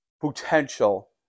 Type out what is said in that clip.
potential